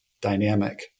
dynamic